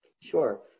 Sure